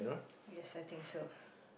yes I think so